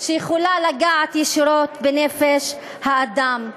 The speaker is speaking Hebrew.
שיכולה לגעת ישירות בנפש האדם.